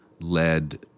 led